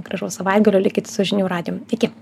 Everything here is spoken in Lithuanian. gražaus savaitgalio likit su žinių radijum iki